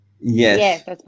Yes